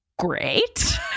great